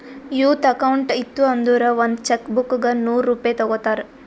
youth account ಇತ್ತು ಅಂದುರ್ ಒಂದ್ ಚೆಕ್ ಬುಕ್ಗ ನೂರ್ ರೂಪೆ ತಗೋತಾರ್